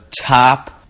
top